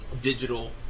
digital